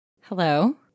Hello